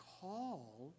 Call